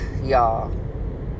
y'all